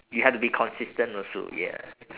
you have to be consistent also yeah